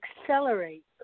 accelerate